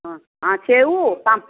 ହଁ ହଁ ସେଉ ପାମ୍ପ